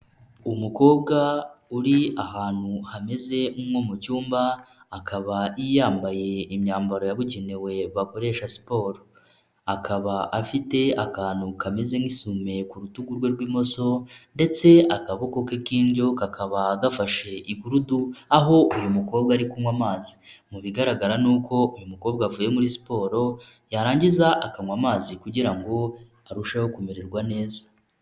Umukobwa uri ahantu hameze nko mu cyumba, akaba yambaye imyambaro yabugenewe bakoresha siporo, akaba afite akantu kameze nk'isume ku rutugu rwe rw'imoso ndetse akaboko ke k'indyo kakaba gafashe igurudu, aho uyu mukobwa ari kunywa amazi; mu bigaragara ni uko uyu mukobwa avuye muri siporo yarangiza akanywa amazi kugira ngo arusheho kumererwa neza.